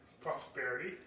prosperity